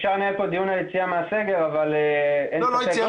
אפשר לנהל פה דיון על היציאה מהסגר אבל --- לא יציאה מהסגר.